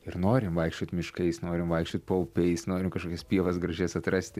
ir norim vaikščiot miškais norim vaikščiot paupiais norim kažkokias pievas gražias atrasti